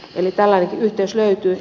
eli tällainenkin yhteys löytyy